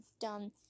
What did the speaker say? done